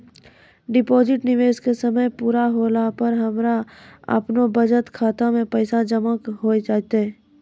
Deposit निवेश के समय पूरा होला पर हमरा आपनौ बचत खाता मे पैसा जमा होय जैतै?